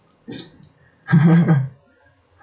it's